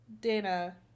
Dana